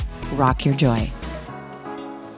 rockyourjoy